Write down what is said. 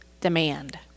demand